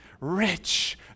Rich